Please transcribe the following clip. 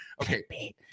okay